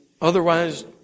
otherwise